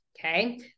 Okay